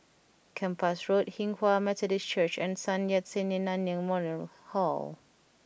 Kempas Road Hinghwa Methodist Church and Sun Yat Sen Nanyang Memorial Hall